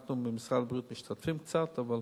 אנחנו במשרד הבריאות משתתפים קצת, אבל